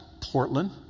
Portland